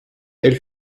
elle